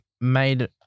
made